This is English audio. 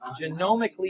genomically